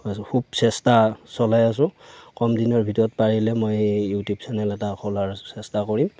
খুব চেষ্টা চলাই আছো কম দিনৰ ভিতৰত পাৰিলে মই এই ইউটিউব চেনেল এটা খোলাৰ চেষ্টা কৰিম